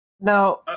now